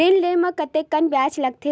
ऋण ले म कतेकन ब्याज लगथे?